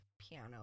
piano